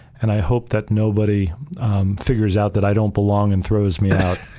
and i hope that nobody figures out that i don't belong and throws me out.